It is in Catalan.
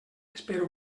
espero